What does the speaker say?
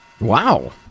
Wow